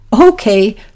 okay